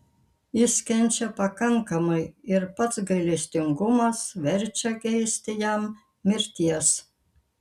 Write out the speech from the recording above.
jis kenčia pakankamai ir pats gailestingumas verčia geisti jam mirties